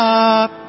up